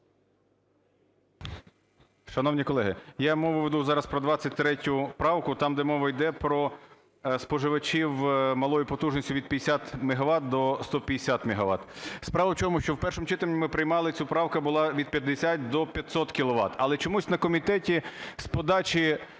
Шановні колеги, я мову веду зараз про 23 правку, там, де мова йде про споживачів малої потужності від 50 мегават до 150 мегават. Справа в чому? Що в першому читанні ми приймали, ця правка була від 50 до 500 кіловат. Але чомусь на комітеті з подачі